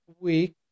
week